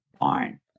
barn